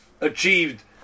achieved